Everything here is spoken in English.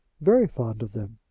very fond of them.